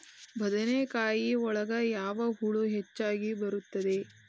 ಬದನೆಕಾಯಿ ಒಳಗೆ ಯಾವ ಹುಳ ಹೆಚ್ಚಾಗಿ ಬರುತ್ತದೆ?